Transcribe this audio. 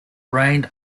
reign